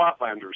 flatlanders